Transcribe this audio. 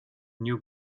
new